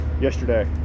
yesterday